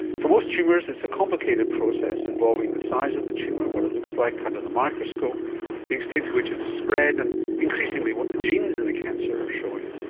for most tumours it's a complicated process involving the size of the tumour, what it looks like under kind of the microscope, the extent to which it's spread and increasingly what the genes in the cancer are showing.